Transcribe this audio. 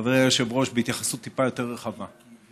חברי היושב-ראש, בהתייחסות טיפה יותר רחבה.